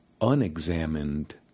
unexamined